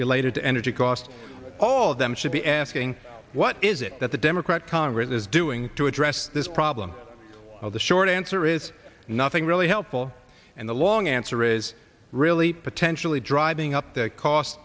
related to energy costs all of them should be asking what is it that the democrat congress is doing to address this problem of the short answer is nothing really helpful and the long answer is really potentially driving up the cost